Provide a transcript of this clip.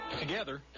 Together